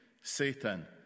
Satan